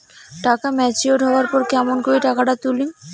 টাকা ম্যাচিওরড হবার পর কেমন করি টাকাটা তুলিম?